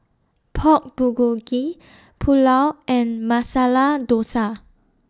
Pork Bulgogi Pulao and Masala Dosa